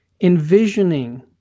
envisioning